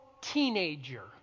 teenager